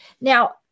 Now